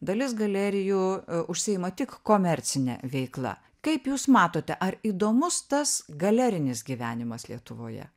dalis galerijų užsiima tik komercine veikla kaip jūs matote ar įdomus tas galerinis gyvenimas lietuvoje